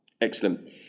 Excellent